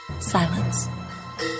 Silence